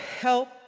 help